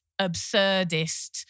absurdist